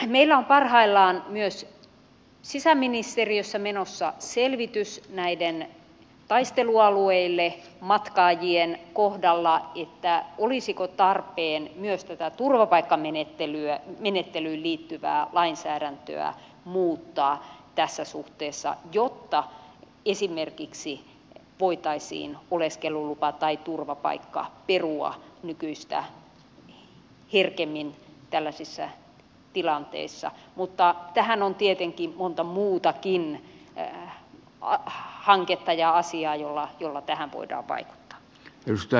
meillä on parhaillaan myös sisäministeriössä menossa selvitys näiden taistelualueille matkaajien kohdalla olisiko tarpeen myös tätä turvapaikkamenettelyyn liittyvää lainsäädäntöä muuttaa tässä suhteessa jotta esimerkiksi voitaisiin oleskelulupa tai turvapaikka perua nykyistä herkemmin tällaisissa tilanteissa mutta tässä on tietenkin monta muutakin hanketta ja asiaa joilla tähän voidaan vaikuttaa